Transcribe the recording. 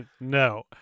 No